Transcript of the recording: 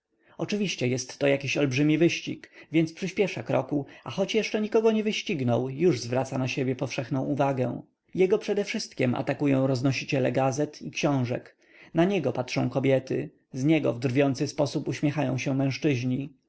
oczywiście jestto jakiś olbrzymi wyścig więc przyśpiesza kroku a choć jeszcze nikogo nie wyścignął już zwraca na siebie powszechną uwagę jego przedewszystkiem atakują roznosiciele gazet i książek na niego patrzą kobiety z niego w drwiący sposób uśmiechają się mężczyźni